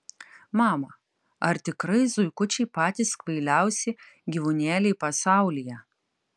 mama ar tikrai zuikučiai patys kvailiausi gyvūnėliai pasaulyje